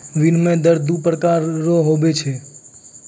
विनिमय दर दू प्रकार रो हुवै छै